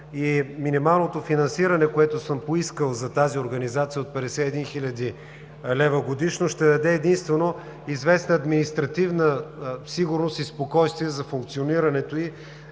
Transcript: минималното финансиране, което съм поискал за тази организация от 51 хил. лв. годишно ще даде единствено известна административна сигурност и спокойствие за функционирането ѝ